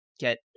get